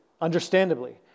understandably